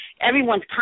everyone's